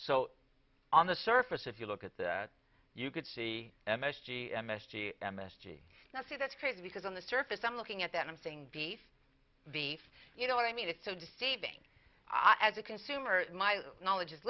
so on the surface if you look at that you could see m s g m s g m s g now see that's crazy because on the surface i'm looking at that i'm saying beef beef you know what i mean it's so deceiving i as a consumer my knowledge is